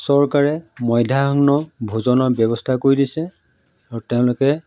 চৰকাৰে মধ্যাহ্ন ভোজনৰ ব্যৱস্থা কৰি দিছে আৰু তেওঁলোকে